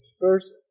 first